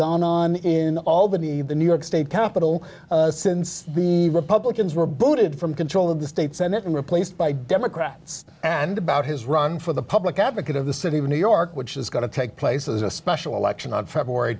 gone on in albany the new york state capital since the republicans were booted from control of the state senate and replaced by democrats and about his run for the public advocate of the city of new york which is going to take place as a special election on february